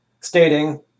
stating